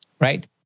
right